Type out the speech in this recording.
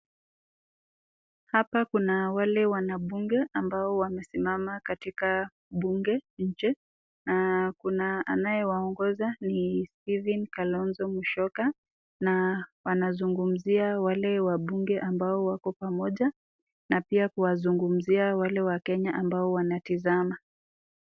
Hapa kuna wale wanabunge ambao wamesimama katika bunge na kunae anae waongoza ni (steven kalonzo msyoka )na wanazungumzia wale wabunge ambao wako pamoja na pia kuwazungumzia wale wakenya ambao wanatizama.